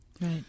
Right